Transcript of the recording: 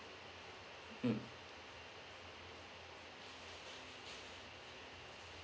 mm